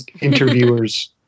interviewers